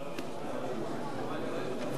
בבקשה.